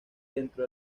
dentro